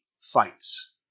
Fights